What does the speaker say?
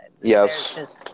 yes